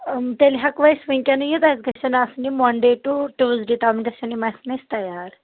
تیٚلہِ ہٮ۪کوٕ أسۍ وٕنۍکٮ۪نٕے یِتھ اَسہِ گژھن آسٕنۍ یِم مانڈے ٹُہ ٹیوٗزڈے تام گژھن یِم آسٕنۍ اَسہِ تیار